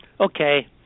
okay